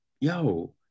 Yo